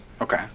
Okay